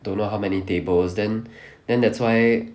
don't know how many tables then then that's why